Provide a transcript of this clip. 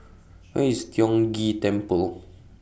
Where IS Tiong Ghee Temple